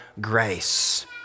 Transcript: grace